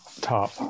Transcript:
top